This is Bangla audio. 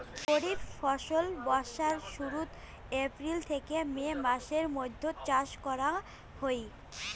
খরিফ ফসল বর্ষার শুরুত, এপ্রিল থেকে মে মাসের মৈধ্যত চাষ করা হই